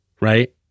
right